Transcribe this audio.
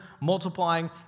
multiplying